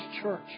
church